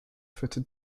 fitted